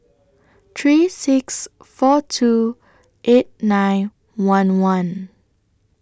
three six four two eight nine one one